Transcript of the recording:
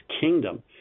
kingdom